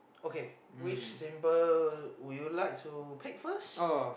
okay which symbol would you like to pick first